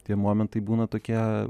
tie momentai būna tokie